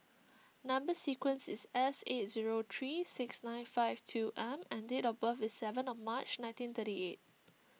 Number Sequence is S eight zero three six nine five two M and date of birth is seventh March nineteen thirty eight